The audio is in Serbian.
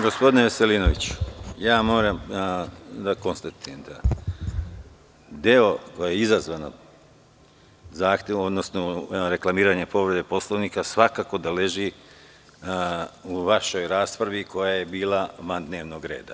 Gospodine Veselinoviću, moram da konstatujem, deo koji je izazvao reklamiranje povrede Poslovnika svakako da leži u vašoj raspravi koja je bila van dnevnog reda.